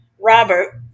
robert